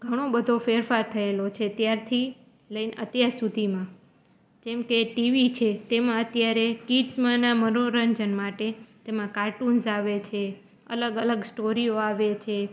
ઘણો બધો ફેરફાર થયેલો છે ત્યારથી લઈને અત્યાર સુધીમાં જેમ કે ટીવી છે તેમાં અત્યારે કિડ્સમાંના મનોરંજન માટે તેમાં કાર્ટૂન્સ આવે છે અલગ અલગ સ્ટોરીઓ આવે છે